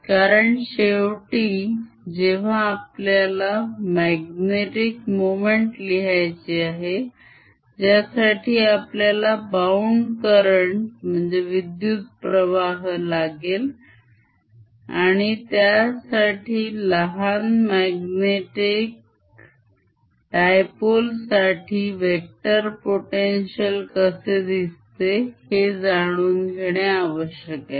कारण शेवटी जेव्हा आपल्याला magnetic मोमेंट लिहायची आहे ज्यासाठी आपल्याला bound current विद्युत्प्रवाहलागेल आणि त्यासाठी लहान magnetic dipole साठी वेक्टर potential कसे दिसते हे जाणून घेणे आवश्यक आहे